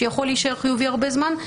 שיכול להישאר חיובי הרבה זמן,